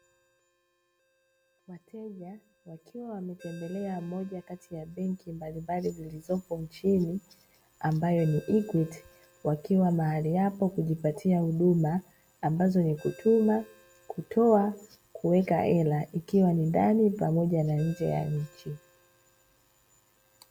Wateja wakiwa wametembelea moja kati ya benki mbalimbali zilizopo nchini, ambayo ni "EQUITY", wakiwa mahali hapo kujipatia huduma ambazo ni kutuma, kutoa, kuweka hela, ikiwa ni ndani pamoja na nje ya nchi.